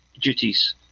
duties